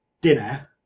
dinner